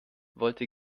wollte